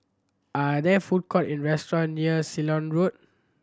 are there food court in restaurant near Ceylon Road